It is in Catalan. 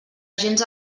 gens